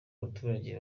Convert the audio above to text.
abaturage